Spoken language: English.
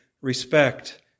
respect